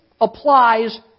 applies